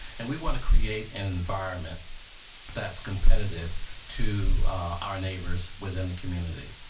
and we want to create an environment that's competitive to our neighbors within the community.